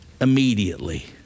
immediately